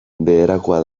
beherakoa